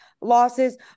losses